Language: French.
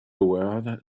award